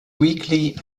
weakly